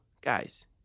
Guys